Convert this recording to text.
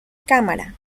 cámara